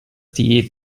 die